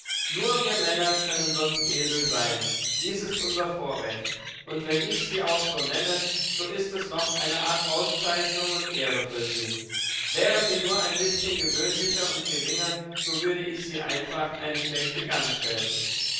nur wir männer können sonst esel sein dies ist unser vorrecht und wenn ich sie auch so nenne so ist es noch eine art auszeichnung und ehre für sie wären sie nur ein bißchen gewöhnlicher und geringer so würde ich sie einfach eine schlechte gans schelten